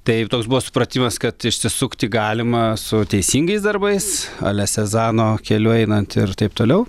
taip toks buvo supratimas kad išsisukti galima su teisingais darbais ale sezano keliu einant ir taip toliau